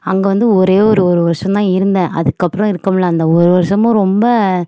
அங்கே வந்து ஒரே ஒரு ஒரு வருஷம்தான் இருந்தேன் அதற்கப்பறம் இருக்க முடியல அந்த ஒரு வருஷமும் ரொம்ப